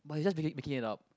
[wah] you just making making it up